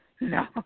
No